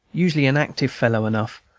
usually an active fellow enough,